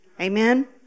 Amen